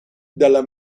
dalla